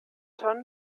tonnen